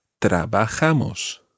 Trabajamos